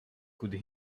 could